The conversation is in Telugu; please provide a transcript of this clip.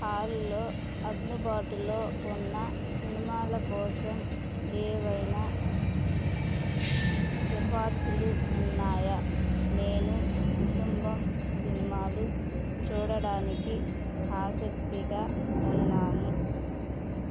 హాల్లో అందుబాటులో ఉన్న సినిమాల కోసం ఏవైనా సిఫార్సులు ఉన్నాయా నేను కుటుంబం సినిమాలు చూడడానికి ఆసక్తిగా ఉన్నాను